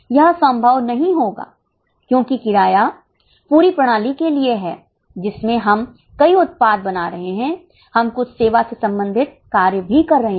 यह संभव नहीं होगा क्योंकि किराया पूरी प्रणाली के लिए है जिसमें हम कई उत्पाद बना रहे हैं हम कुछ सेवा से संबंधित कार्य भी कर रहे हैं